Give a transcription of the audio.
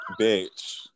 Bitch